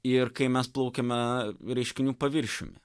ir kai mes plaukiame reiškinių paviršiumi